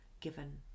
given